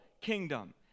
kingdom